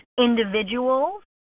individuals